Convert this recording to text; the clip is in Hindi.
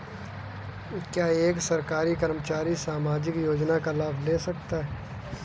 क्या एक सरकारी कर्मचारी सामाजिक योजना का लाभ ले सकता है?